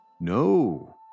No